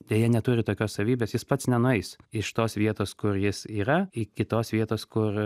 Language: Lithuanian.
deja neturi tokios savybės jis pats nenueis iš tos vietos kur jis yra iki tos vietos kur